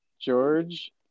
George